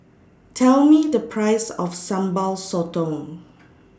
Tell Me The Price of Sambal Sotong